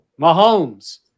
Mahomes